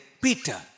Peter